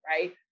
right